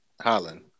Holland